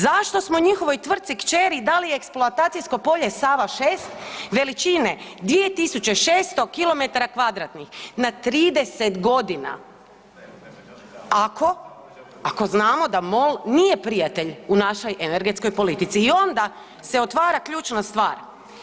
Zašto smo njihovoj tvrtci kćeri dali eksploatacijsko polje Sava 6 veličine 2.600 km2 na 30 godina, ako, ako znamo da MOL nije prijatelj u našoj energetskoj politici i onda se otvara ključna stvar.